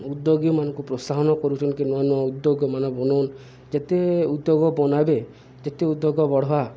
ଉଦ୍ୟୋଗୀମାନଙ୍କୁ ପ୍ରୋତ୍ସାହନ କରୁଚ କି ନୂଆ ନୂଆ ଉଦ୍ୟୋଗମାନେ ବନଉନ୍ ଯେତେ ଉଦ୍ୟୋଗ ବନାବେ ଯେତେ ଉଦ୍ୟୋଗ ବଢ଼୍ବା